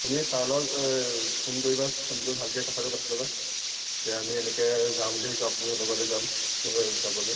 তুমি ছাৰৰ লগত এই ফোন কৰিবা ফোন কৰি ভালকে কথাটো পাতি ল'বা যে আমি এনেকৈ যাওঁ বুলি ভাবিছোঁ আপুনিও লগতে যাম যাবলৈ